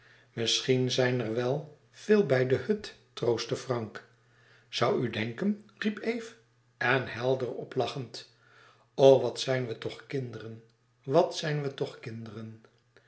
misschien zijn er wel veel bij de hut troostte frank zoû u denken riep eve en helder op lachend o wat zijn we toch kinderen wat zijn we toch kinderen